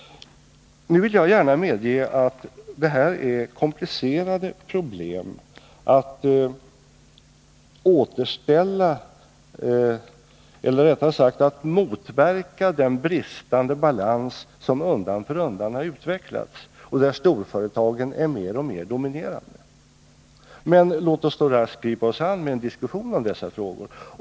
Nu vill jag gärna medge att det är ett komplicerat problem att motverka den bristande balans som undan för undan har utvecklats och där storföretagen är mer och mer dominerande. Men låt oss då raskt gripa oss an med en diskussion om dessa frågor.